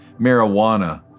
marijuana